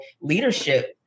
leadership